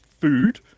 food